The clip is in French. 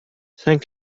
saint